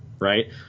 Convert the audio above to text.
Right